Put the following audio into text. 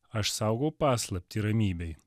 aš saugau paslaptį ramybėj